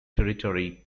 territory